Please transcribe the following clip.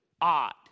odd